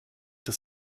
des